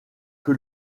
que